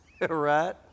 Right